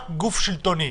רק גוף שלטוני,